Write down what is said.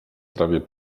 trawie